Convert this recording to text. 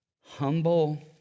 humble